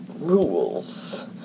rules